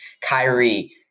Kyrie